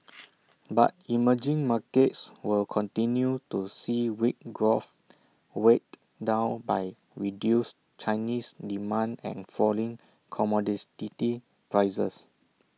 but emerging markets will continue to see weak growth weighed down by reduced Chinese demand and falling commodes dirty prices